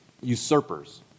usurpers